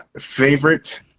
Favorite